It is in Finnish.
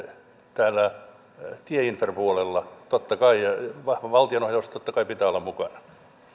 täällä tieinfrapuolella totta kai ja vahva valtionohjaus totta kai pitää olla mukana